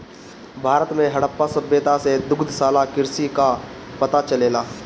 भारत में हड़प्पा सभ्यता से दुग्धशाला कृषि कअ पता चलेला